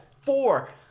four